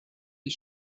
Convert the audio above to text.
des